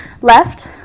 left